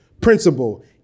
principle